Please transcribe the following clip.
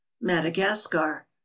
madagascar